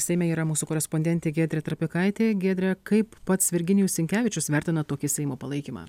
seime yra mūsų korespondentė giedrė trapikaitė giedre kaip pats virginijus sinkevičius vertina tokį seimo palaikymą